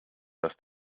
dass